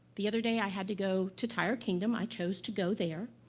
the other day, i had to go to tire kingdom. i chose to go there.